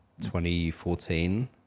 2014